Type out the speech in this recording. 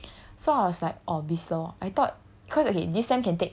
so I was like orh biz law I thought